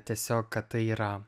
tiesiog kad tai yra